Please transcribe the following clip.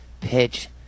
pitch